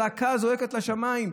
הזעקה זועקת לשמיים.